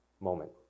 moment